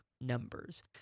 numbers